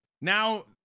now